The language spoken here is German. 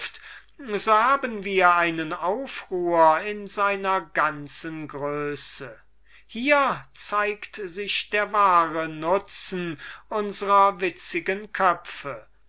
so habt ihr einen aufruhr in seiner ganzen größe hier zeigt sich der wahre nutzen unsrer witzigen köpfe